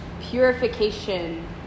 purification